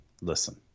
Listen